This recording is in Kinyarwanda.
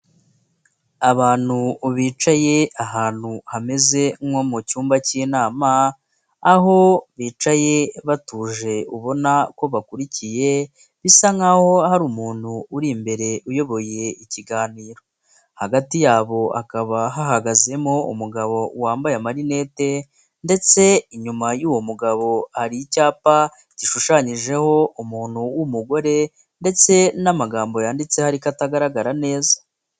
Abantu bicaye ahantu hameze nko mu cyumba cy'inama aho bicaye batuje ubona ko bakurikiye, bisa nkaho hari umuntu uri imbere uyoboye ikiganiro hagati yabo hakaba hahagaze umugabo wambaye amarinete ndetse inyuma y'uwo mugabo hari icyapa gishushanyijeho umuntu w'umugore ndetse n'amagambo yanditse ho ariko atagaragara neza.